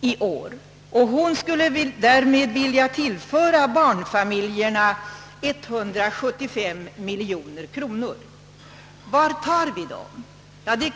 i år, och därmed skulle hon tillföra barnfamiljerna 175 miljoner kronor. Men var tar vi dessa pengar?